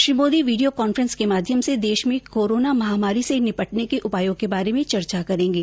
Shri Modi video conference के माध्यम से देश में कोरोना महामारी से निपटने के उपायों के बारे में चर्चा करेंगे